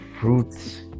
fruits